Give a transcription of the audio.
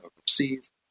overseas